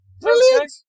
brilliant